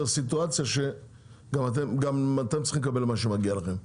סיטואציה שגם אתם צריכים לקבל את מה שמגיע לכם.